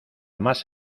más